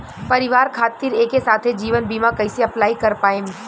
परिवार खातिर एके साथे जीवन बीमा कैसे अप्लाई कर पाएम?